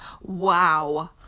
Wow